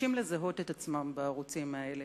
מתקשים לזהות את עצמם בערוצים האלה,